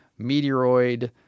meteoroid